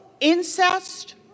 incest